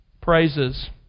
praises